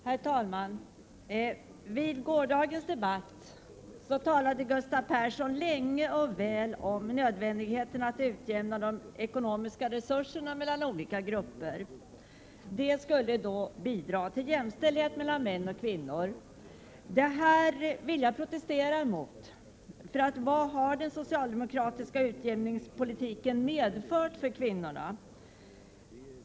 Herr talman! Under gårdagens debatt talade Gustav Persson länge och väl om nödvändigheten av att utjämna de ekonomiska resurserna mellan olika grupper, vilket skulle bidra till jämställdhet mellan män och kvinnor. Det synsättet vill jag protestera mot. Vad har den socialdemokratiska utjämningspolitiken egentligen medfört för kvinnorna?